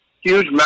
Huge